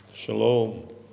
Shalom